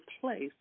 place